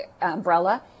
umbrella